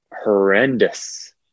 horrendous